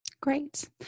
Great